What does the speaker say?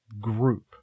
group